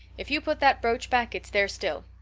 if you put that brooch back it's there still.